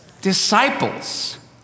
disciples